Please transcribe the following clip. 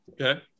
Okay